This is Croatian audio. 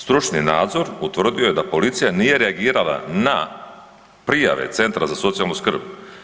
Stručni nadzor utvrdio je da policija nije reagirala na prijave centra za socijalnu skrb.